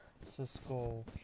Cisco